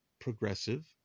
progressive